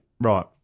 right